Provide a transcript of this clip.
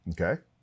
Okay